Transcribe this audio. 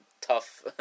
tough